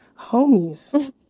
Homies